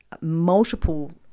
multiple